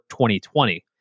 2020